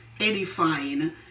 edifying